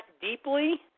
deeply